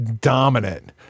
dominant